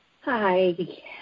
Hi